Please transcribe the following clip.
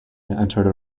entered